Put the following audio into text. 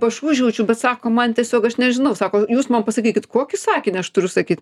aš užjaučiu bet sako man tiesiog aš nežinau sako jūs man pasakykit kokį sakinį aš turiu sakyt